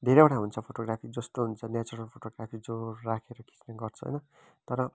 धेरैवटा हुन्छ फोटोग्राफी जस्तो हुन्छ नेचरल फोटोग्राफी जो राखेर खिच्ने गर्छ होइन तर